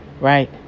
Right